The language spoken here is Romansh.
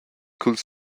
culs